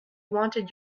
wanted